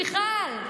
מיכל,